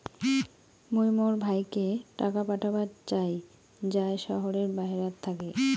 মুই মোর ভাইকে টাকা পাঠাবার চাই য়ায় শহরের বাহেরাত থাকি